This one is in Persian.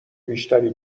بیشتری